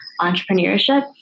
entrepreneurship